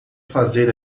fazer